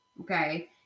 Okay